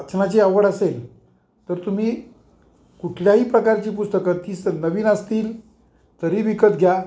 वाचनाची आवड असेल तर तुम्ही कुठल्याही प्रकारची पुस्तकं ती स नवीन असतील तरी विकत घ्या